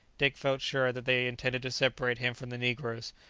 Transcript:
dick felt sure that they intended to separate him from the negroes,